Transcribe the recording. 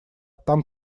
там